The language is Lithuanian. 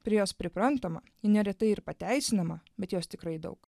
prie jos priprantama ji neretai ir pateisinama bet jos tikrai daug